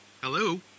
Hello